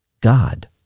God